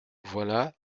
voilà